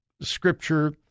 Scripture